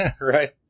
Right